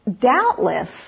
doubtless